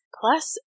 Plus